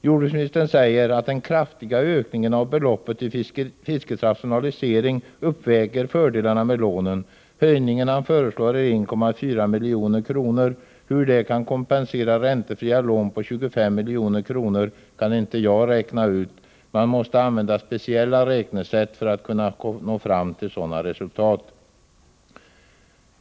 Jordbruksministern säger att den kraftiga ökningen av beloppet till fiskets rationalisering uppväger fördelarna med lånen. Den höjning som jordbruksministern föreslår är 1,4 milj.kr. Hur den summan kan kompensera räntefria lån på 25 milj.kr. kan inte jag räkna ut. Man måste använda speciella räknesätt för att kunna nå fram till sådana resultat.